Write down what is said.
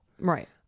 Right